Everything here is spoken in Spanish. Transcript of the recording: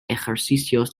ejercicios